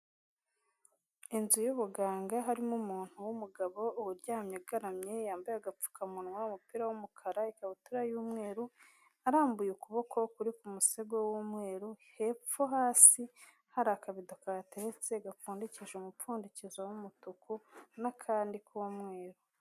Inzu y'ubuganga harimo umuntu w'umugabo uryamye agaramye. Yambaye agapfukamunwa, umupira w'umukara, ikabutura y'umweru. Arambuye ukuboko kuri ku musego w'umweru. Hepfo hasi hari akabido kahatetse gapfundikije umupfundikizo w'umutuku n'akandi k'umweru.